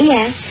Yes